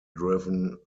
driven